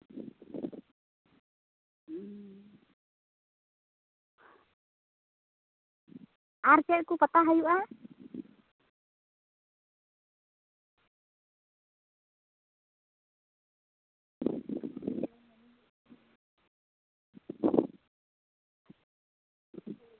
ᱟᱨ ᱪᱮᱫ ᱠᱚ ᱯᱟᱛᱟ ᱦᱩᱭᱩᱜᱼᱟ